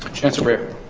chancellor behr.